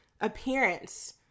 appearance